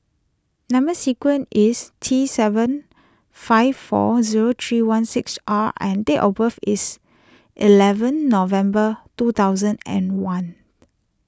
Number Sequence is T seven five four zero three one six R and date of birth is eleven November two thousand and one